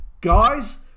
guys